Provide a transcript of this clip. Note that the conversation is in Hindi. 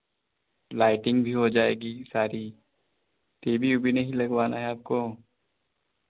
लाइटिंग भी हो जाएगी सारी टी वी उवी नहीं लगवाना है आपको